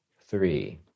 three